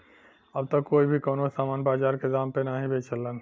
अब त कोई भी कउनो सामान बाजार के दाम पे नाहीं बेचलन